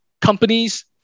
companies